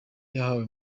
yahawe